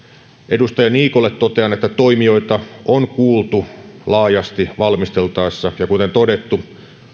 edustaja niikolle totean että toimijoita on valmisteltaessa kuultu laajasti ja kuten todettu